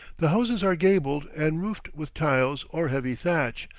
the houses are gabled, and roofed with tiles or heavy thatch,